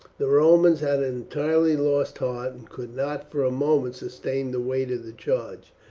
the romans had entirely lost heart and could not for a moment sustain the weight of the charge.